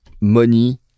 money